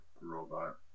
robot